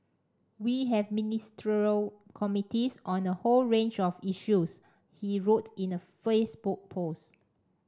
we have Ministerial Committees on a whole range of issues he wrote in a Facebook post